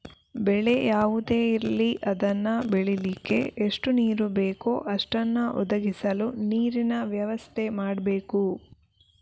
ಬೆಳೆ ಯಾವುದೇ ಇರ್ಲಿ ಅದನ್ನ ಬೆಳೀಲಿಕ್ಕೆ ಎಷ್ಟು ನೀರು ಬೇಕೋ ಅಷ್ಟನ್ನ ಒದಗಿಸಲು ನೀರಿನ ವ್ಯವಸ್ಥೆ ಮಾಡ್ಬೇಕು